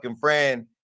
friend